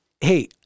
hey